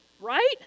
right